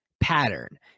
pattern